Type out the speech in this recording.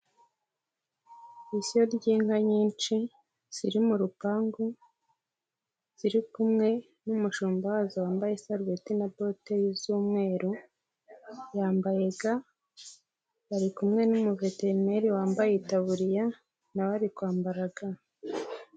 Ishyo ry'inka nyinshi ziri mu rupangu ziri kumwe n'umushumba wazo wambaye isarubeti na bote z'umweru, yambaye ga ari kumwe n'umuveterineri wambaye itaburiya na we ari kwambara ga.